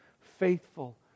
faithful